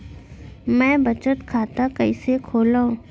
मै बचत खाता कईसे खोलव?